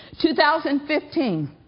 2015